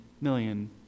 million